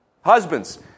Husbands